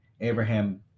abraham